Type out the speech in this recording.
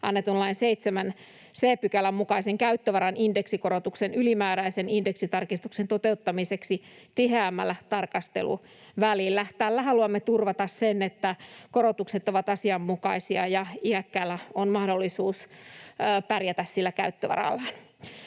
annetun lain 7 c §:n mukaisen käyttövaran indeksikorotuksen ylimääräisen indeksitarkistuksen toteuttamiseksi tiheämmällä tarkasteluvälillä.” Tällä haluamme turvata sen, että korotukset ovat asianmukaisia ja iäkkäällä on mahdollisuus pärjätä sillä käyttövarallaan.